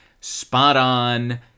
spot-on